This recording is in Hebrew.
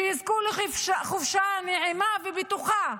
שיזכו לחופשה נעימה ובטוחה,